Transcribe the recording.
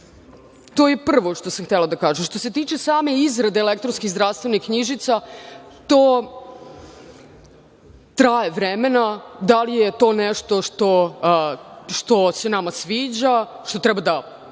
To je prvo što sam htela da kažem. Što se tiče same izrade elektronskih zdravstvenih knjižica, to traje vremena. Da li je to nešto što se nama sviđa, što treba da